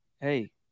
hey